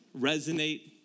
resonate